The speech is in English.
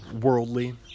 worldly